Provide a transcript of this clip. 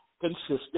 consistent